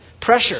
pressure